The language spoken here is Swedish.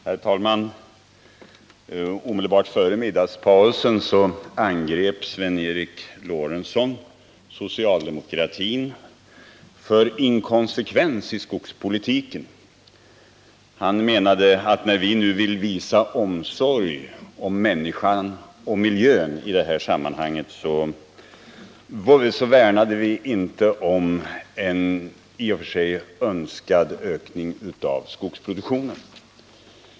Herr talman! Omedelbart före middagspausen angrep Sven Eric Lorentzon socialdemokratin för inkonsekvens i skogspolitiken. Han menade att när vi nu vill visa omsorg om människan och miljön, så värnar vi inte om en i och för sig önskad ökning av skogsproduktionen.